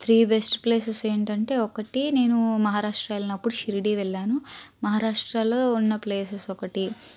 three best places ఏంటంటే ఒకటి నేను మహారాష్ట్ర వెళ్ళినప్పుడు షిరిడి వెళ్ళాను మహారాష్ట్రలో ఉన్నప్లేసెస్ ఒకటి